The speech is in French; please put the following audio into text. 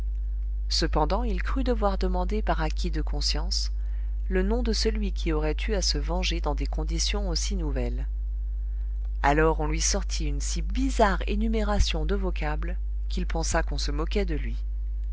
cependant il crut devoir demander par acquit de conscience le nom de celui qui aurait eu à se venger dans des conditions aussi nouvelles alors on lui sortit une si bizarre énumération de vocables qu'il pensa qu'on se moquait de lui